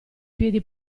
piedi